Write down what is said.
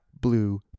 Blue